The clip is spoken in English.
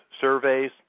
surveys